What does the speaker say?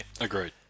Agreed